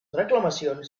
reclamacions